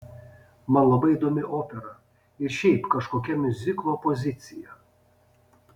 man labai įdomi opera ir šiaip kažkokia miuziklo opozicija